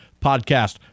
podcast